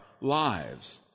lives